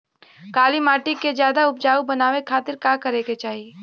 काली माटी के ज्यादा उपजाऊ बनावे खातिर का करे के चाही?